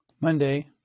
Monday